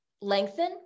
Lengthen